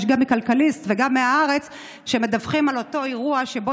גם כלכליסט וגם הארץ שמדווחים על אותו אירוע שבו